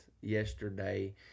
yesterday